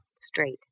Straight